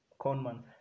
conman